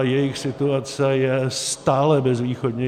Jejich situace je stále bezvýchodnější.